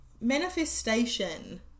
manifestation